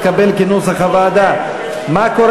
מטה